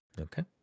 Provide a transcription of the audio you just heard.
Okay